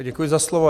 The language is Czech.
Děkuji za slovo.